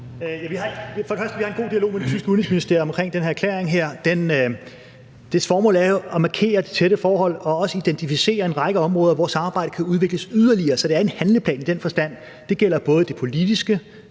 Vi har en god dialog med det tyske udenrigsministerium omkring den erklæring her. Dens formål er jo at markere det tætte forhold og også identificere en række områder, hvor samarbejdet kan udvikles yderligere. Så det er en handleplan i den forstand, og det gælder både det politiske,